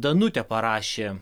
danutė parašė